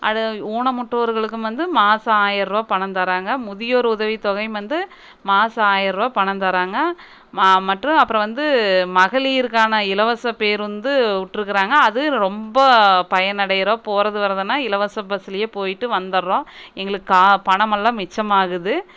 அதை ஊனமுற்றோர்களுக்கும் வந்து மாதம் ஆயர ரரூவா பணம் தராங்க முதியோர் உதவித்தொகையும் வந்து மாதம் ஆயர ரூவா பணம் தராங்க ம மற்றும் அப்புறம் வந்து மகளிருக்கான இலவச பேருந்து விட்ருக்குறாங்க அது ரொம்ப பயனடைகிறோம் போவது வரதுனால் இலவச பஸ்ஸுலையே போய்விட்டு வந்தடர்றோம் எங்களுக்கு கா பணமெல்லாம் மிச்சமாகுது